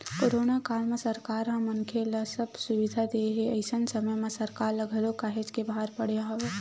corona काल म सरकार ह मनखे ल सब सुबिधा देय हे अइसन समे म सरकार ल घलो काहेच के भार पड़े हवय